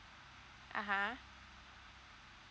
uh !huh!